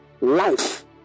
life